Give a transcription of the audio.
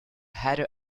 hatter